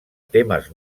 temes